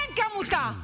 אין כמותה.